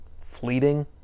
fleeting